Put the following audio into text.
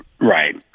right